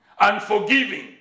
unforgiving